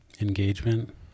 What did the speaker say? engagement